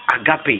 Agape